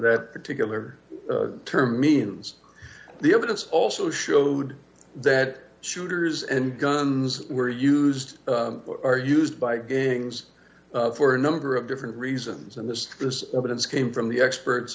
that particular term means the evidence also showed that shooters and guns were used or used by gangs for a number of different reasons and this is evidence came from the experts